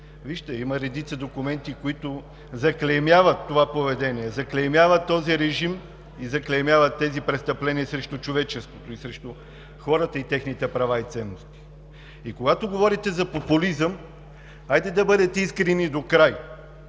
Вижте, има редица документи, които заклеймяват това поведение, заклеймяват този режим и тези престъпления срещу човечеството – срещу хората и техните права и ценности. И когато говорите за популизъм, хайде да бъдете искрени докрай.